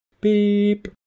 Beep